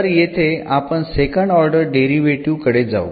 तर येथे आपण सेकंड ऑर्डर डेरिव्हेटीव्ह कडे जाऊ